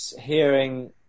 hearing